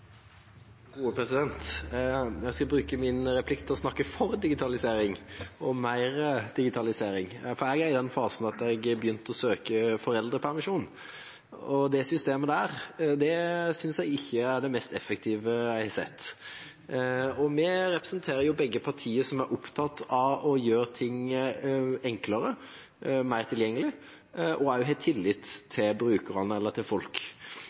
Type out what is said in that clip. Jeg skal bruke min replikk til å snakke om å være for mer digitalisering. Jeg er i den fasen at jeg har begynt å søke foreldrepermisjon. Det systemet synes jeg ikke er det mest effektive jeg har sett. Statsråden og jeg representerer begge partier som er opptatt av å gjøre ting enklere, mer tilgjengelig, og har tillit til brukerne – til folk.